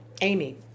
Amy